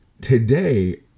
today